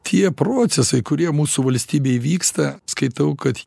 tie procesai kurie mūsų valstybėj įvyksta skaitau kad